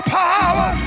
power